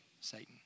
Satan